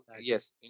Yes